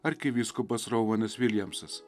arkivyskupas rovanas viljamsas